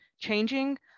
changing